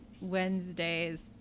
Wednesdays